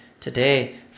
Today